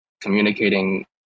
communicating